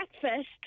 breakfast